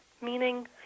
meaning